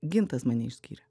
gintas mane išskyrė